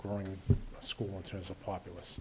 growing school in terms of popul